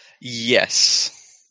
Yes